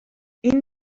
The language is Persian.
این